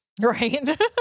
Right